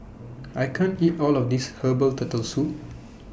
I can't eat All of This Herbal Turtle Soup